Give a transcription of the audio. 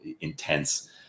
intense